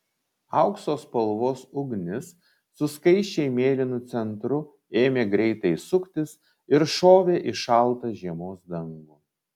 aukso spalvos ugnis su skaisčiai mėlynu centru ėmė greitai suktis ir šovė į šaltą žiemos dangų